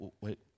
Wait